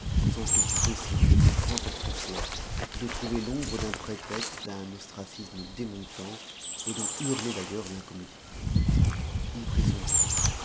sans qu'il fût possible de comprendre pourquoi de trouver l'ombre d'un prétexte à un ostracisme démontant et dont hurlait d'ailleurs l'incommodité il prit son temps